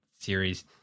series